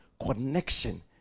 connection